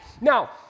Now